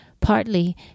partly